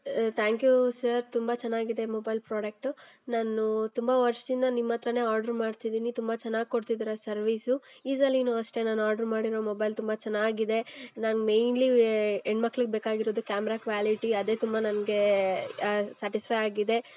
thank you sir ತುಂಬ ಚೆನ್ನಾಗಿದೆ mobile product ನಾನು ತುಂಬ ವರ್ಷದಿಂದ ನಿಮ್ಮ ಹತ್ರನೆ ಆಡ್ರ್ ಮಾಡ್ತಿದ್ದೀನಿ ತುಂಬ ಚೆನ್ನಾಗಿ ಕೊಡ್ತಿದ್ದೀರ ಸರ್ವೀಸು ಈ ಸಲೀನು ಅಷ್ಟೇ ನಾನು ಆಡ್ರ್ ಮಾಡಿರೋ ಮೊಬೈಲ್ ತುಂಬ ಚೆನ್ನಾಗಿದೆ ನಾನು ಮೇನ್ಲಿ ಹೆಣ್ಮಕ್ಳಿಗೆ ಬೇಕಾಗಿರೋದು ಕ್ಯಾಮ್ರ ಕ್ವ್ಯಾಲಿಟಿ ಅದೇ ತುಂಬ ನನಗೆ ಸ್ಯಾಟಿಸ್ಫೈ ಆಗಿದೆ